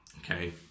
Okay